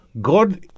God